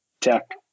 tech